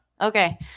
Okay